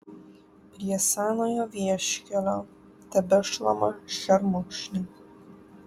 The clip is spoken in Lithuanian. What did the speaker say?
prie senojo vieškelio tebešlama šermukšniai